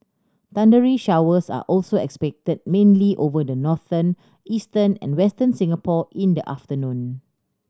thundery showers are also expected mainly over northern eastern and Western Singapore in the afternoon